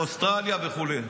אוסטרליה וכו'.